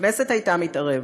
הכנסת הייתה מתערבת.